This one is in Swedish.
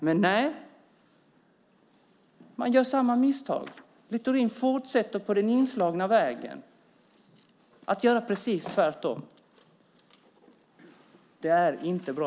Men man gör samma misstag. Littorin fortsätter på den inslagna vägen att göra precis tvärtom. Det är inte bra.